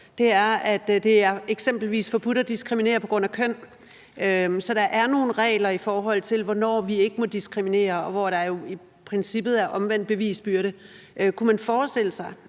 er, at det eksempelvis er forbudt at diskriminere på grund af køn. Så der er nogle regler, i forhold til hvornår vi ikke må diskriminere, og hvor der jo i princippet er omvendt bevisbyrde. Kunne man forestille sig,